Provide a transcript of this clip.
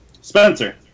Spencer